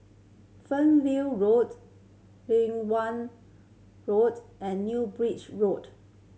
Fernvale Road Road and New Bridge Road